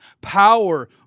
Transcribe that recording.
power